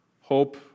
hope